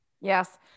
Yes